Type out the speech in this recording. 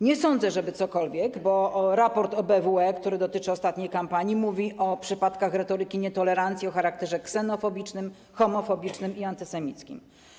Nie sądzę, żeby czegokolwiek, bo raport OBWE, który dotyczy ostatniej kampanii, mówi o przypadkach retoryki nietolerancji o charakterze ksenofobicznym, homofobicznym i antysemickim.